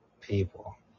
people